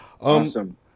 Awesome